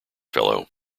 fellow